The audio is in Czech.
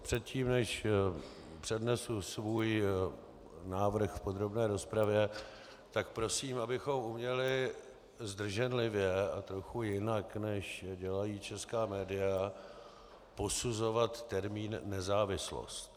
Předtím, než přednesu svůj návrh v podrobné rozpravě, tak prosím, abychom uměli zdrženlivě a trochu jinak, než dělají česká média, posuzovat termín nezávislost.